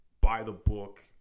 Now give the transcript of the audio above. by-the-book